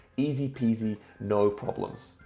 easy peasy, no problems.